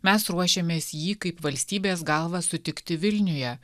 mes ruošėmės jį kaip valstybės galva sutikti vilniuje